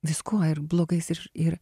viskuo ir blogais ir ir